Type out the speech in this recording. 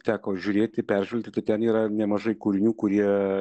teko žiūrėti peržvelgti tai ten yra nemažai kūrinių kurie